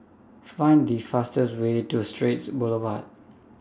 Find The fastest Way to Straits Boulevard